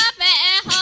um man